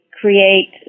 create